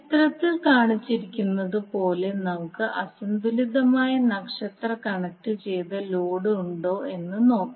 ചിത്രത്തിൽ കാണിച്ചിരിക്കുന്നതുപോലെ നമുക്ക് അസന്തുലിതമായ നക്ഷത്ര കണക്റ്റുചെയ്ത ലോഡ് ഉണ്ടോ എന്ന് നോക്കാം